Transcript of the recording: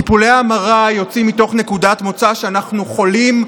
טיפולי ההמרה יוצאים מתוך נקודת מוצא שאנחנו חולים,